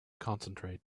concentrate